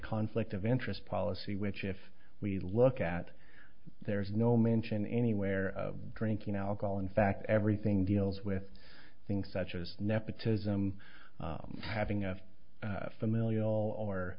conflict of interest policy which if we look at there's no mention anywhere drinking alcohol in fact everything deals with things such as nepotism having a familial or